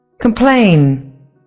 complain